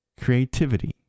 creativity